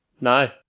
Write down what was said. No